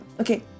Okay